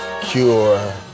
cure